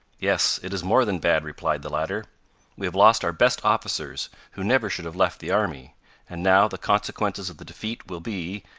yes it is more than bad, replied the latter we have lost our best officers, who never should have left the army and now the consequences of the defeat will be,